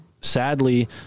sadly